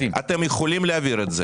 אתם יכולים להעביר את זה,